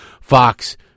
Fox